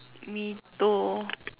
me too